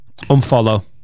Unfollow